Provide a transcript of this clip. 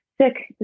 sick